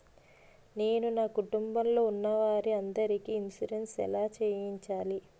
నేను నా కుటుంబం లొ ఉన్న వారి అందరికి ఇన్సురెన్స్ ఎలా చేయించాలి?